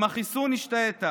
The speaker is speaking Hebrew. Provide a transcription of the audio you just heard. עם החיסון השתהית,